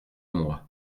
mois